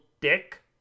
dick